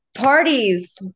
parties